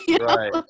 Right